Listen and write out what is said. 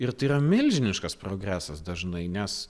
ir tai yra milžiniškas progresas dažnai nes